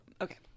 okay